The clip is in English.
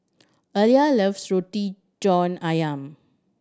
Aleah loves Roti John Ayam